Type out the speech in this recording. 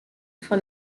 for